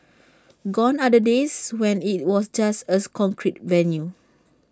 gone are the days when IT was just A concrete venue